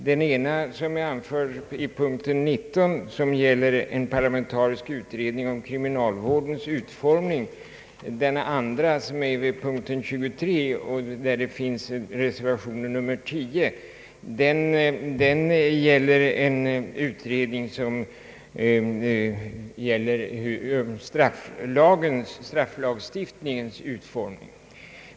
Den ena som är anförd i punkten 19 gäller en parlamentarisk utredning om kriminalvårdens utformning, den andra, vid punkt 23, gäller en utredning om strafflagstiftningens utformning.